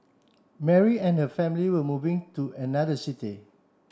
Mary and her family were moving to another city